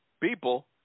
people